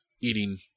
eating